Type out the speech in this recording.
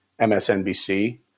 MSNBC